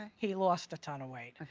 he lost a ton of weight.